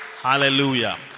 Hallelujah